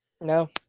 No